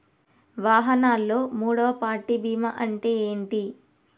వాహనాల్లో మూడవ పార్టీ బీమా అంటే ఏంటి?